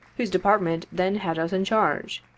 whose department then had us in charge.